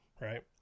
right